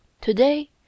Today